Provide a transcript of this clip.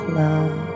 love